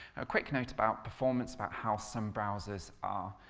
a quick note about performance, about how some browsers are